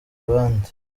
abandi